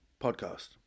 podcast